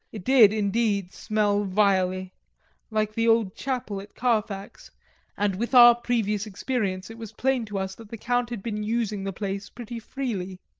it did indeed smell vilely like the old chapel at carfax and with our previous experience it was plain to us that the count had been using the place pretty freely.